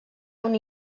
una